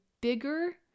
bigger